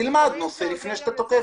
תלמד נושא לפני שאתה תוקף אותו.